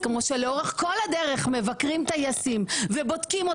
במיוחד בפעוטות ובילדים.